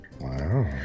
Wow